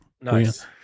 Nice